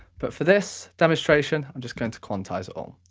but for this demonstration, i'm just going to quantize it all.